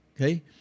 Okay